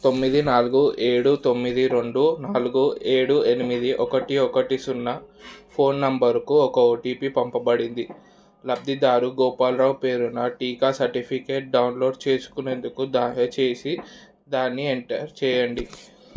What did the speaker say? తొమ్మిది నాలుగు ఏడు తొమ్మిది రెండు నాలుగు ఏడు ఎనిమిది ఒకటి ఒకటి సున్నా ఫోన్ నంబరుకు ఒక ఓటీపీ పంపబడింది లబ్ధిదారు గోపాల్ రావు పేరున టీకా సర్టిఫికేట్ డౌన్లోడ్ చేసుకునేందుకు దయచేసి దాన్ని ఎంటర్ చేయండి